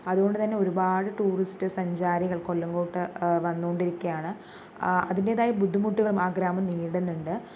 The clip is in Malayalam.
അതുകൊണ്ട് തന്നെ ഒരുപാട് ടൂറിസ്റ്റ് സഞ്ചാരികൾ കൊല്ലങ്കോട്ട് വന്നു കൊണ്ടിരിക്കയാണ് അതിന്റെതായ ബുദ്ധിമുട്ടുകളും ആ ഗ്രാമം നേരിടുന്നുണ്ട്